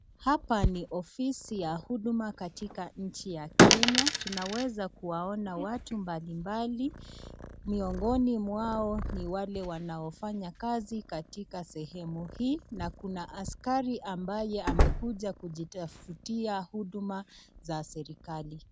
Hapa ni ofisi ya huduma katika nchi ya Kenya, tunaweza kuwaona watu mbalimbali, miongoni mwao ni wale wanaofanyabkazi katika sehemu hii, na kuna askari ambaye amekuja kujitaftia huduma za serikali.